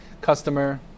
customer